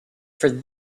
for